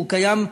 והוא קיים,